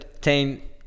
team